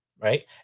right